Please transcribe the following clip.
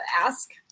ask